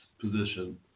position